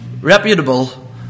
Reputable